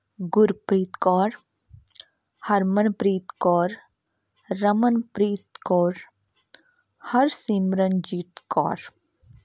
Gurpreet Kaur Harmanpreet Kaur Ramanpreet Kaur Harsimranjeet Kaur